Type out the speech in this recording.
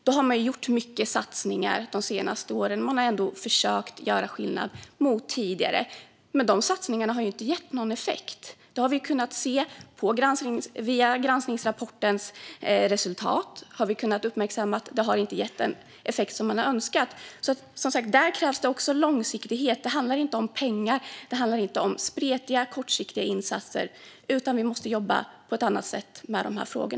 Här har man gjort många satsningar de senaste åren och försökt göra skillnad. Men enligt granskningsrapporten har dessa satsningar inte gett den önskade effekten. Det krävs långsiktighet. Det handlar inte om pengar eller spretiga, kortsiktiga insatser, utan vi måste jobba på ett annat sätt med dessa frågor.